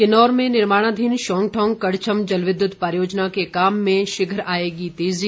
किन्नौर में निर्माणाधीन शौंगठौंग कड़छम जलविद्युत परियोजना के काम में शीघ आएगी तेजी